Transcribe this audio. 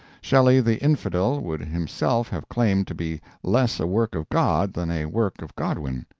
shelley the infidel would himself have claimed to be less a work of god than a work of godwin.